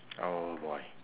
oh boy